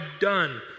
done